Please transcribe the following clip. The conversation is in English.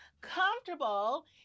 comfortable